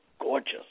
gorgeous